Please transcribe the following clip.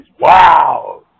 Wow